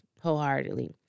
wholeheartedly